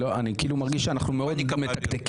אני כאילו מרגיש שאנחנו מאוד מתקתקים.